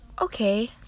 okay